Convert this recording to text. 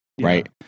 right